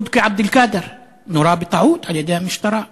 סודקי עבד אלקאדר נורה בטעות על-ידי המשטרה,